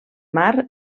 mar